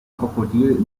krokodil